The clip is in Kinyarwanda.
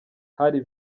hari